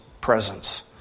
presence